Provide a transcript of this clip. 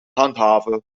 handhaven